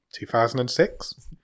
2006